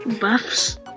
Buffs